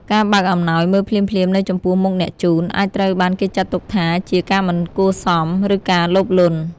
ការបើកអំណោយមើលភ្លាមៗនៅចំពោះមុខអ្នកជូន អាចត្រូវបានគេចាត់ទុកថាជា ការមិនគួរសម ឬការលោភលន់។